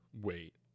Wait